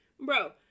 bro